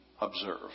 observe